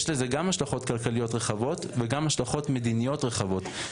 יש לזה גם השלכות כלכליות רחבות וגם השלכות מדיניות רחבות,